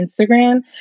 Instagram